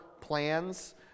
plans